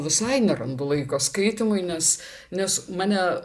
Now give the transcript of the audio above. visai nerandu laiko skaitymui nes nes mane